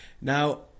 Now